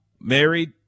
married